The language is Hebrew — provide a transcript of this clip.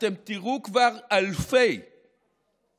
אתם תראו כבר אלפי גגות,